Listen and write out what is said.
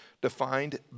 defined